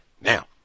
Now